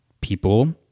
people